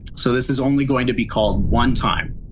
so this is only going to be called one time.